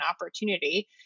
opportunity